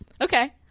okay